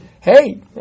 Hey